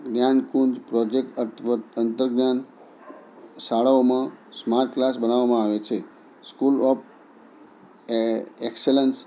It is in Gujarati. જ્ઞાનકુંજ પ્રોજેક્ટ અથવા અંતર્જ્ઞાન શાળાઓમાં સ્માર્ટ ક્લાસ બનાવવામાં આવે છે સ્કૂલ ઓફ એક્સેલન્સ